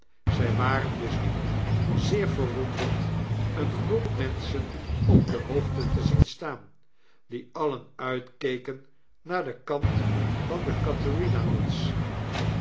zij waren dus niet zeerverwonderd eene groep menschen op de hoogte te zien staan die alien uitkeken naar den kant van de